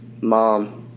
mom